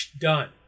Done